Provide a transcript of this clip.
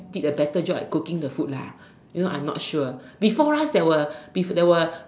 did the better job at cooking the food lah you know I am not sure before right there were a beef there were a